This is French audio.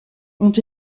ont